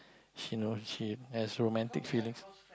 she know she has romantic feelings